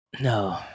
No